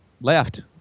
left